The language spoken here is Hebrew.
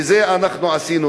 בזה אנחנו עשינו,